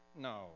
No